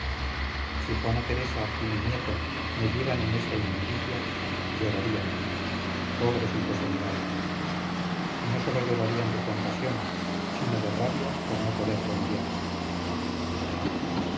juana teresa y mi nieto me vieran en esta inmundicia llorarían pobrecitos de mi alma y no sólo llorarían de compasión sino de rabia por no poder remediarlo